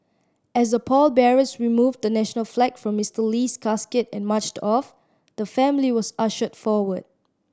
as the pallbearers removed the national flag from Mister Lee's casket and marched off the family was ushered forward